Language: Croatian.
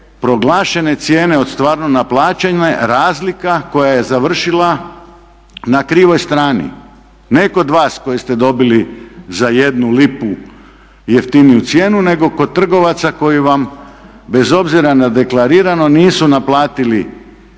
proglašene cijene od stvarno naplaćene razlika koja je završila na krivoj strani, ne kod vas koji ste dobili za 1 lipu jeftiniju nego kod trgovaca koji vam bez obzira na deklarirano nisu naplatili